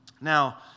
Now